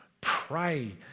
pray